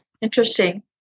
Interesting